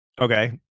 Okay